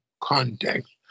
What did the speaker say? context